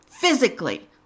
physically